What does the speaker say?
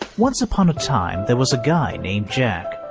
ah once upon a time, there was a guy named jack.